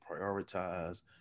prioritize